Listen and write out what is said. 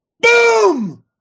Boom